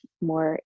more